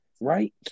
right